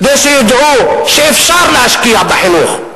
כדי שידעו שאפשר להשקיע בחינוך,